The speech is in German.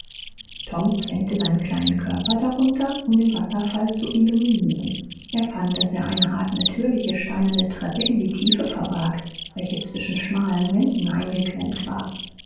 tom zwängte seinen kleinen körper darunter um den wasserfall zu illuminieren er fand daß er eine art natürliche steinerne treppe in die tiefe verbarg welche zwischen schmalen wänden eingeklemmt war